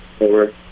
over